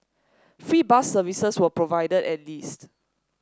free bus services were provided at least